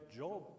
job